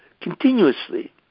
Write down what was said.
continuously